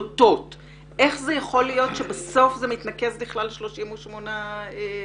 איך זה יכול להיות שבסוף זה מתנקז לכלל 38 תיקים,